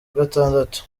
gatandatu